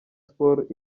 sports